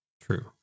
True